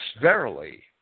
verily